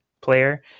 player